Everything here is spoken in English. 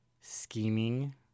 scheming